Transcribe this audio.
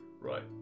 Right